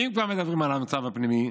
ואם כבר מדברים על המצב הפנימי,